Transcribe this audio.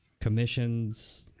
commissions